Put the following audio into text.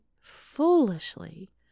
foolishly